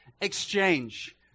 exchange